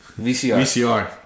VCR